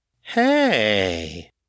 Hey